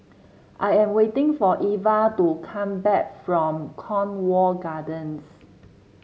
I am waiting for Eva to come back from Cornwall Gardens